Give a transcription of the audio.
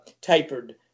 tapered